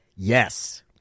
Yes